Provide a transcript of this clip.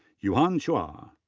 yuhan chua.